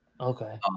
Okay